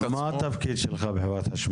מה התפקיד שלך בחברת חשמל?